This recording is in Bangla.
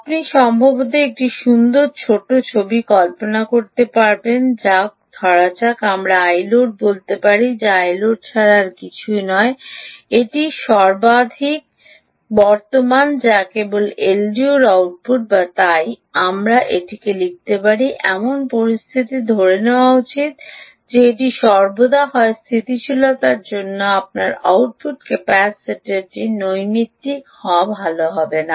আপনি সম্ভবত একটি সুন্দর ছোট ছবি কল্পনা করতে পারেন যাক আমরা iload বলতে পারি যা iload ছাড়া কিছুই নয় এটি সর্বাধিক বর্তমান যা কেবল এলডিওর আউটপুট বা তাই আমার এটি লিখতে হবে এমন পরিস্থিতিটি ধরে নেওয়া উচিত এটি সর্বদা হয় স্থিতিশীলতার জন্য আপনার আউটপুট ক্যাপাসিটারটি নৈমিত্তিক হওয়া ভাল হবে না